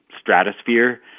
stratosphere